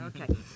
okay